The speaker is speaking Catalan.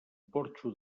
porxo